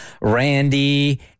Randy